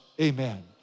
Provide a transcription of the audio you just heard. amen